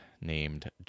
named